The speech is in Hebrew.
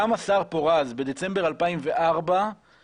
גם השר פורז בדצמבר אלפיים וארבע,